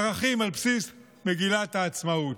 ערכים על בסיס מגילת העצמאות,